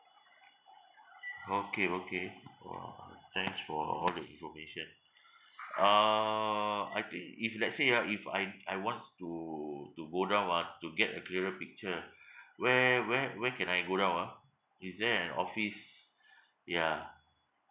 okay okay !wah! thanks for all the information uh I think if let's say ah if I I wants to to go down ah to get a clearer picture where where where can I go down ah is there an office yeah